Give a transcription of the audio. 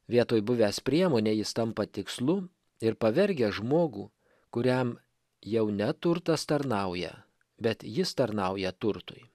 vietoj buvęs priemone jis tampa tikslu ir pavergia žmogų kuriam jau ne turtas tarnauja bet jis tarnauja turtui